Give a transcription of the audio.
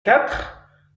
quatre